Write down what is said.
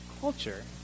culture